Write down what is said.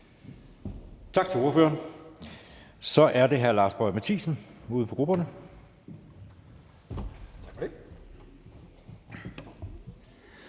Tak til ordføreren. Så er det hr. Lars Boje Mathiesen, uden for grupperne,